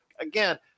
again